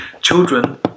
children